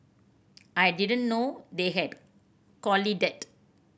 I didn't know they had collided